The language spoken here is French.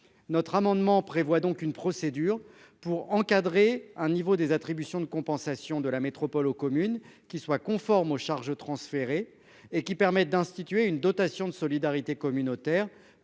notre amendement prévoit donc une procédure pour encadrer un niveau des attributions de compensation de la métropole aux communes qui soit conforme aux charges transférées et qui permet d'instituer une dotation de solidarité communautaire